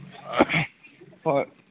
ꯍꯣꯏ